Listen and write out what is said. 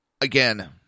Again